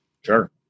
Sure